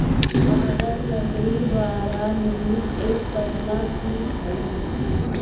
कागज लकड़ी द्वारा निर्मित एक पतला शीट हई